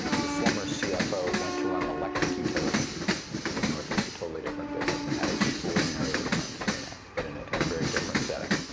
the former cfo went to run an electric utility in the northeast, a totally different business, and had extraordinary returns doing that, but in a kind of very different setting.